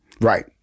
Right